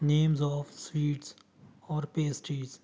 names of sweets ਔਰ pastries